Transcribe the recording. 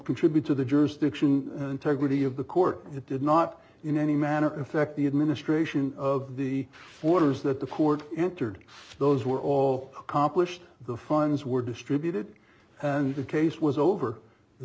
contribute to the jurisdiction and integrity of the court it did not in any manner affect the administration of the orders that the court entered those were all accomplished the funds were distributed and the case was over the